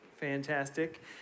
fantastic